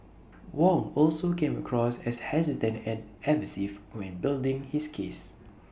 Wong also came across as hesitant and evasive when building his case